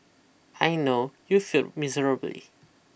I know you failed miserably